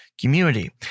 Community